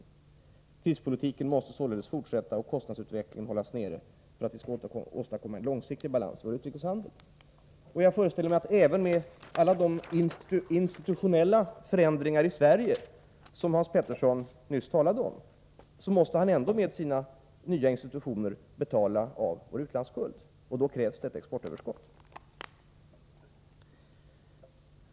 Vidare framhålls: ”Krispolitiken måste således fortsätta och kostnadsutvecklingen måste hållas nere, för att vi skall åstadkomma en långsiktig balans i vår utrikeshandel —-—--.” Jag föreställer mig också att vi, även om alla de institutionella förändringar i Sverige vilka Hans Petersson nyss talade om skulle genomföras, måste fortsätta att betala av vår utlandsskuld, och för det krävs det ett exportöverskott.